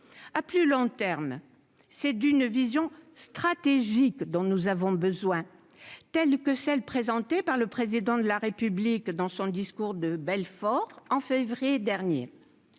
à plus long terme, c'est d'une vision stratégique dont nous avons besoin, telle que celle présentée par le président de la République dans son discours de Belfort en février dernier,